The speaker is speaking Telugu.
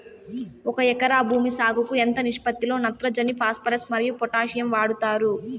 ఒక ఎకరా భూమి సాగుకు ఎంత నిష్పత్తి లో నత్రజని ఫాస్పరస్ మరియు పొటాషియం వాడుతారు